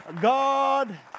God